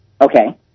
Okay